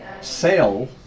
sell